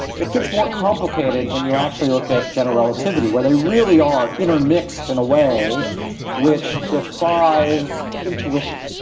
it gets more complicated when you actually look at general relativity, where they really are intermixed in a way which defies intuition.